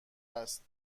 است